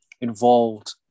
involved